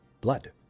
blood